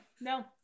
no